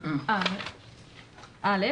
(א)